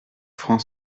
francs